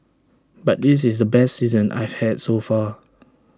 but this is the best season I've had so far